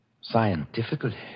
scientifically